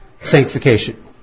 sanctification